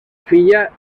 filla